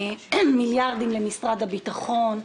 מיליארדים למשרד הביטחון.